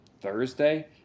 Thursday